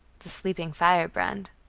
the sleeping firebrand.